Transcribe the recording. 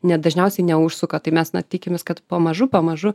net dažniausiai neužsuka tai mes na tikimės kad pamažu pamažu